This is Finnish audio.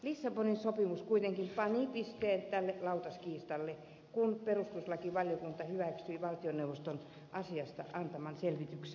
lissabonin sopimus kuitenkin pani pisteen tälle lautaskiistalle kun perustuslakivaliokunta hyväksyi valtioneuvoston asiasta antaman selvityksen